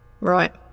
right